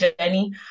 journey